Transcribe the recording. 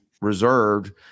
reserved